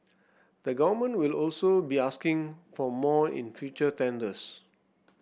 the Government will also be asking for more in future tenders